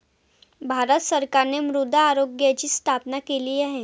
भारत सरकारने मृदा आरोग्याची स्थापना केली आहे